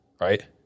right